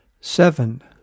Seven